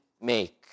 make